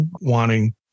wanting